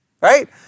right